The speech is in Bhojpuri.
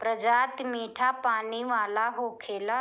प्रजाति मीठा पानी वाला होखेला